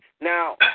Now